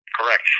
Correct